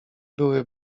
były